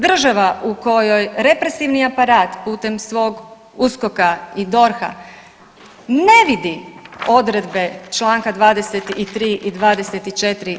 Država u kojoj represivni aparat putem svog USKOK-a i DORH-a ne vidi odredbe čl. 23.i 24.